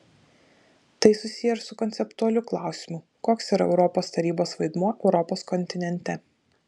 tai susiję ir su konceptualiu klausimu koks yra europos tarybos vaidmuo europos kontinente